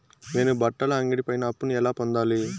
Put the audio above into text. నేను బట్టల అంగడి పైన అప్పును ఎలా పొందాలి?